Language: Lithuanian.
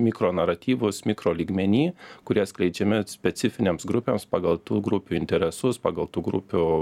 mikronaratyvus mikrolygmeny kurie skleidžiami specifinėms grupėms pagal tų grupių interesus pagal tų grupių